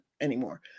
anymore